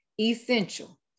essential